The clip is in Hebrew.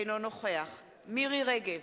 אינו נוכח מירי רגב,